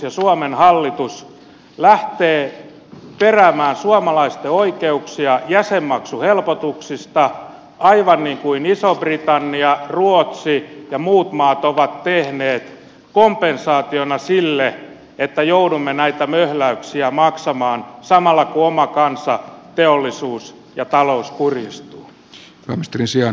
koska suomen hallitus lähtee peräämään suomalaisten oikeuksia jäsenmaksuhelpotuksiin aivan niin kuin iso britannia ruotsi ja muut maat ovat tehneet kompensaationa sille että joudumme näitä möhläyksiä maksamaan samalla kun oma kansa teollisuus ja talous kurjistuvat